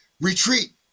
Retreat